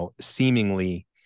seemingly